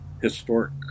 historic